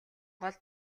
гол